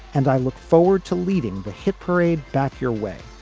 and i look forward to leading the hit parade. back your way.